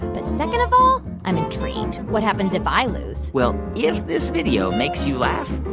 but second of all, i'm intrigued. what happens if i lose? well, if this video makes you laugh,